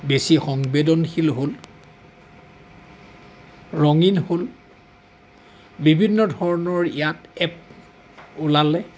বেছি সংবেদনশীল হ'ল ৰঙীন হ'ল বিভিন্ন ধৰণৰ ইয়াত এপ ওলালে